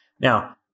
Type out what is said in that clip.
Now